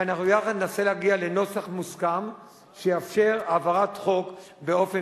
ואנחנו ביחד ננסה להגיע לנוסח מוסכם שיאפשר העברת חוק באופן